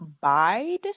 Bide